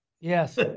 Yes